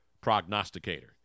prognosticator